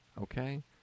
Okay